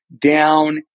down